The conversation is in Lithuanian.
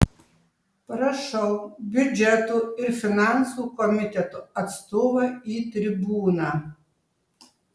prašau biudžeto ir finansų komiteto atstovą į tribūną